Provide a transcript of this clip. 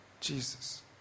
Jesus